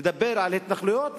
לדבר על התנחלויות